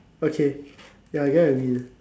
okay ya I get what you mean